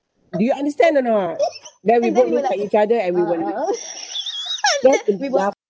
do you understand or not then we both looked at each other and we would laugh that's a big laugh